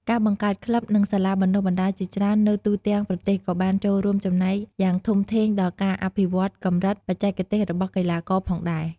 ការបង្កើតក្លឹប និងសាលាបណ្ដុះបណ្ដាលជាច្រើននៅទូទាំងប្រទេសក៏បានចូលរួមចំណែកយ៉ាងធំធេងដល់ការអភិវឌ្ឍន៍កម្រិតបច្ចេកទេសរបស់កីឡាករផងដែរ។